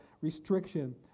restriction